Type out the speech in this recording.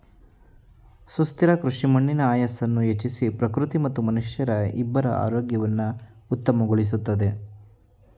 ಸುಸ್ಥಿರ ಕೃಷಿ ಮಣ್ಣಿನ ಆಯಸ್ಸನ್ನು ಹೆಚ್ಚಿಸಿ ಪ್ರಕೃತಿ ಮತ್ತು ಮನುಷ್ಯರ ಇಬ್ಬರ ಆರೋಗ್ಯವನ್ನು ಉತ್ತಮಗೊಳಿಸುತ್ತದೆ